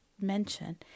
mention